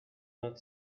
not